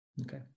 Okay